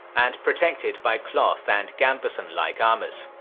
and protected by cloth and gambeson-like armours.